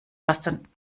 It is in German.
lassen